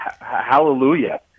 Hallelujah